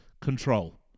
control